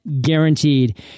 guaranteed